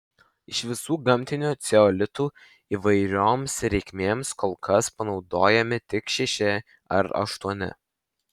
iš visų gamtinių ceolitų įvairioms reikmėms kol kas panaudojami tik šeši ar aštuoni